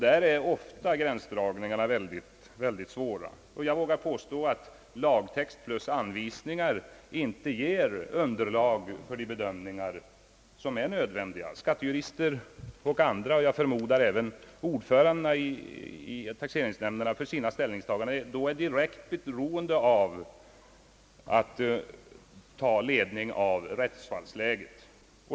Där är gränsdragningarna ofta mycket svåra, och jag vågar påstå att lagtext plus anvisningar inte ger underlag för de bedömningar som är nödvändiga. Skattejurister — och jag förmodar även ordförandena i taxeringsnämnderna — är för sina ställningstaganden direkt beroende av att ta ledning av rättsfallsläget.